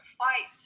fight